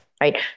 Right